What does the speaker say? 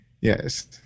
Yes